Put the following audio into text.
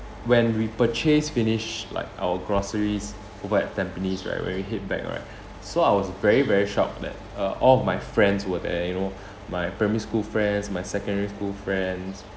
when we purchased finish like our groceries over at tampines right when we head back right so I was very very shocked that uh all of my friends were there you know my primary school friends my secondary school friends